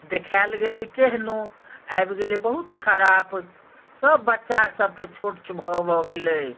देखायल गेलै केहनो आबि गेलै बहुत खराब सभ बच्चासभके छोट भऽ भऽ गेलै